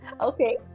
Okay